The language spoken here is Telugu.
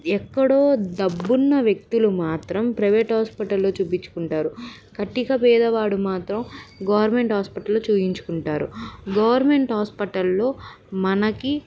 ఎక్కడో డబ్బున్న వ్యక్తులు మాత్రం ప్రైవేట్ హాస్పిటల్లో చూపించుకుంటారు కటిక పేదవాడు మాత్రం గవర్నమెంట్ హాస్పిటల్లో చూయించుకుంటారు గవర్నమెంట్ హాస్పిటల్లో మనకి